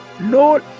no